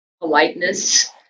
politeness